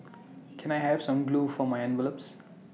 can I have some glue for my envelopes